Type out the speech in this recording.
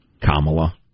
Kamala